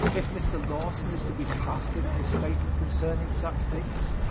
if mr. lawson is to be trusted in his statement concerning such things,